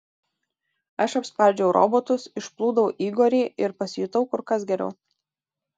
aš apspardžiau robotus išplūdau igorį ir pasijutau kur kas geriau